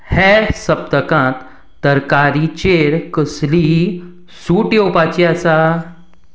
हे सप्तकांत तरकारीचेर कसलीय सूट येवपाची आसा